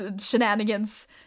shenanigans